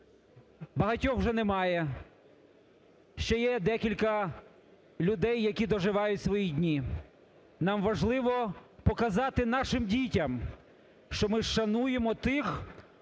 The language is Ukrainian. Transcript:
Багатьох вже немає, ще є декілька людей, які доживають свої дні. Нам важливо показати нашим дітям, що ми шануємо тих,